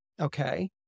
Okay